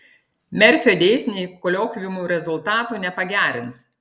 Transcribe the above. merfio dėsniai koliokviumų rezultatų nepagerins